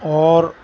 اور